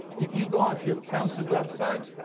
if you go on to your county website,